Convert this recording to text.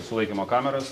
sulaikymo kameras